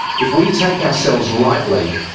if we take ourselves lightly,